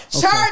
church